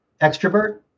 extrovert